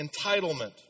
entitlement